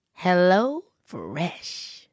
HelloFresh